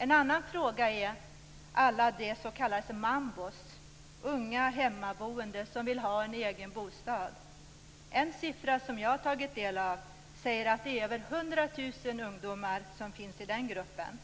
En annan fråga är alla s.k. mambos - unga hemmaboende - som vill ha en egen bostad. En siffra som jag tagit del av säger att det är över 100 000 ungdomar som finns i den gruppen.